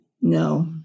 No